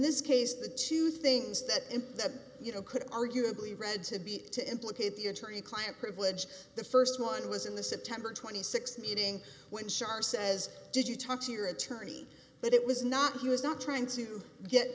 this case the two things that in that you know could arguably read to be to implicate the attorney client privilege the st one was in the september th meeting when shar says did you talk to your attorney that it was not he was not trying to get